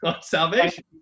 salvation